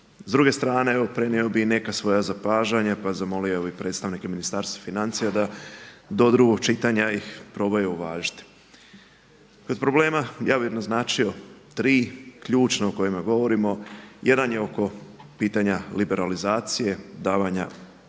S druge strane prenio bih i neka svoja zapažanja, pa bih zamolio predstavnike Ministarstva financija da ih do drugog čitanja probaju uvažiti. Kod problema, ja bih naznačio tri ključna o kojima govorimo. Jedan je oko pitanja liberalizacije, davanja